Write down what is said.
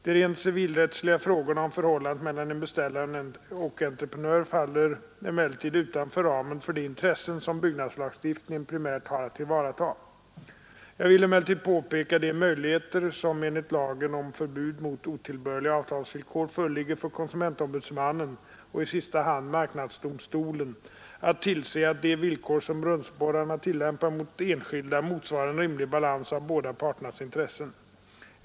De rent civilrättsliga frågorna om förhållandet mellan beställare och entreprenör faller emellertid utanför ramen för de intressen som byggnadslagstiftningen primärt har att tillvarata. Jag vill emellertid påpeka de möjligheter som enligt lagen om förbud mot otillbörliga avtalsvillkor föreligger för konsumentombudsmannen — och i sista hand marknadsdomstolen — att tillse att de villkor som brunnsborrarna tillämpar mot enskilda motsvarar en rimlig balans av båda parternas intressen.